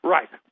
Right